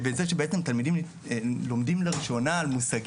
שמערכת החינוך אמונה עליו.